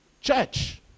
church